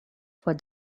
for